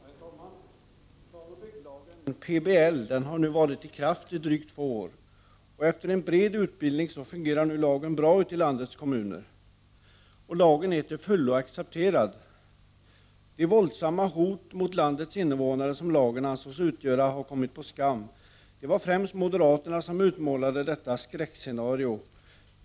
Herr talman! Planoch bygglagen har nu varit i kraft i drygt två år. Efter en bred utbildning fungerar nu lagen bra ute i landets kommuner. Lagen är till fullo accepterad. De våldsamma hot mot landets invånare som lagen ansågs utgöra har kommit på skam. Det var främst moderaterna som utmålade detta skräckscenario.